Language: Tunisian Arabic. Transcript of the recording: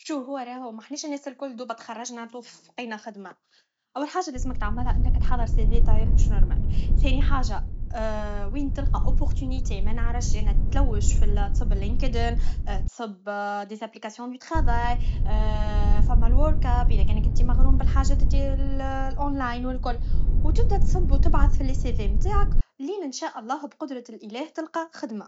شو هو راهو محناش الناس لكل الدوله تخرجنا توف لقينا خدمه اول حاجه لازمك تعملها هي تحرر سيفي طاير مش نورمال ثاني حاجه وين تلقا اوبورتينيتي منعرفش انا تلوج على لينكدن تصب دي ابليكاسيون دو طخافاي ثم الووركاب اذا انتي مغروم بالحاجات تع اونلاين و الكل و تبدا تصب و تبعث لي سيفي تاعك لين نشاءالله بقدرة الاله تلقا خدمه